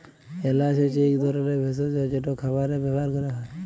এল্যাচ হছে ইক ধরলের ভেসজ যেট খাবারে ব্যাভার ক্যরা হ্যয়